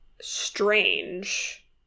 strange